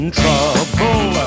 trouble